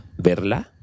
verla